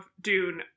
Dune